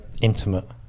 intimate